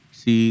si